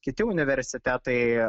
kiti universitetai